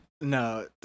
No